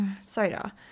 Soda